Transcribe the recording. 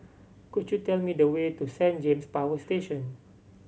could you tell me the way to Saint James Power Station